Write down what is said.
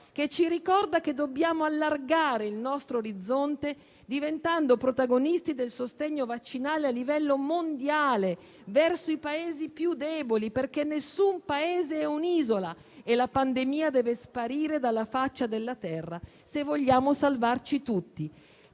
che ci ricorda che dobbiamo allargare il nostro orizzonte, diventando protagonisti del sostegno vaccinale a livello mondiale, verso i Paesi più deboli, perché nessun Paese è un'isola e la pandemia deve sparire dalla faccia della terra, se vogliamo salvarci tutti.